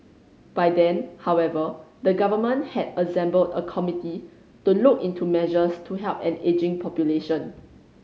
by then however the government had assembled a committee to look into measures to help an ageing population